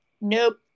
nope